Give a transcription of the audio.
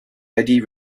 eddy